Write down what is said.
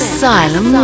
Asylum